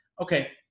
okay